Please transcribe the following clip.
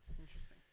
Interesting